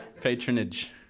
patronage